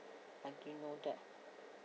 I didn't know that